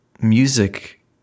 music